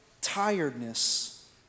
tiredness